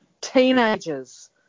Teenagers